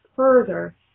further